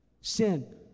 Sin